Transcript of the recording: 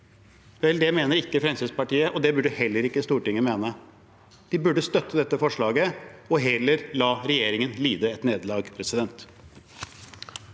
det mener ikke Fremskrittspartiet, og det burde heller ikke Stortinget mene. De burde støtte dette forslaget og heller la regjeringen lide et nederlag.